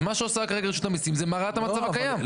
אז מה שעושה כרגע רשות המיסים הוא להרע את המצב הקיים.